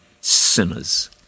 sinners